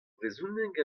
brezhoneg